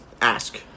ask